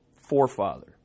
forefather